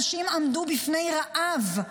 האנשים עמדו בפני רעב.